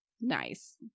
nice